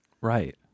Right